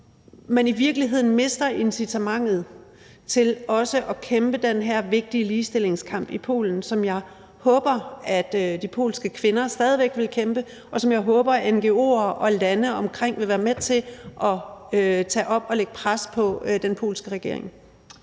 man i virkeligheden mister incitamentet til også at kæmpe den her vigtige ligestillingskamp i Polen, som jeg håber at de polske kvinder stadig væk vil kæmpe, og som jeg håber ngo'er og lande omkring vil være med til at tage op, og at de vil lægge pres på den polske regering.